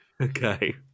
Okay